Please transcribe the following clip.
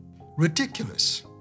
Ridiculous